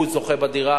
הוא זוכה בדירה